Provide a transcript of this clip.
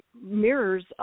mirrors